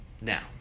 Now